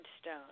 stone